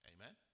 Amen